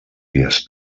vies